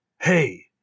Hey